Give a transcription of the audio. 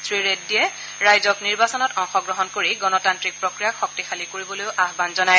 শ্ৰীৰেড্ডীয়ে ৰাইজক নিৰ্বাচনত অংশগ্ৰহণ কৰি গণতান্ত্ৰিক প্ৰক্ৰিয়াক শক্তিশালী কৰিবলৈ আহবান জনায়